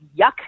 yuck